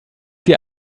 hier